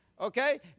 Okay